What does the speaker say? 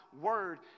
word